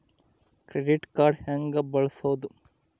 Credit card ಹೆಂಗ ಬಳಸೋದು?